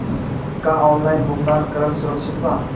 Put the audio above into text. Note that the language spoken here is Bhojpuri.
का ऑनलाइन भुगतान करल सुरक्षित बा?